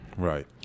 Right